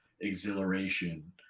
exhilaration